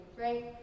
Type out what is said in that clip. right